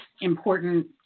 important